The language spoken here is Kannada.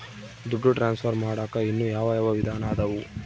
ದುಡ್ಡು ಟ್ರಾನ್ಸ್ಫರ್ ಮಾಡಾಕ ಇನ್ನೂ ಯಾವ ಯಾವ ವಿಧಾನ ಅದವು?